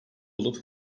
olup